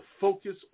focus